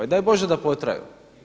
I daj Bože da potraju.